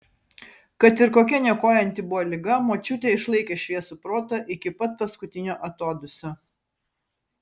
kad ir kokia niokojanti buvo liga močiutė išlaikė šviesų protą iki pat paskutinio atodūsio